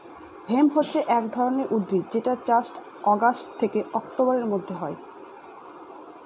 hemp হছে এক ধরনের উদ্ভিদ যেটার চাষ অগাস্ট থেকে অক্টোবরের মধ্যে হয়